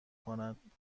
کند